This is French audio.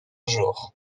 jour